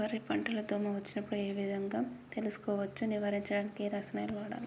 వరి పంట లో దోమ వచ్చినప్పుడు ఏ విధంగా తెలుసుకోవచ్చు? నివారించడానికి ఏ రసాయనాలు వాడాలి?